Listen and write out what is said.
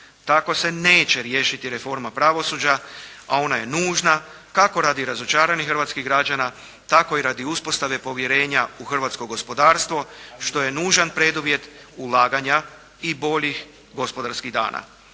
Tako se neće riješiti reforma pravosuđa, a ona je nužna, kako radi razočaranih hrvatskih građana, tako i radi uspostave povjerenja u hrvatsko gospodarstvo, što je nužan preduvjet ulaganja i bolji gospodarskih dana.